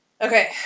Okay